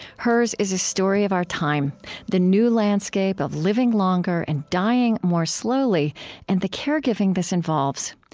hers is a story of our time the new landscape of living longer and dying more slowly and the caregiving this involves.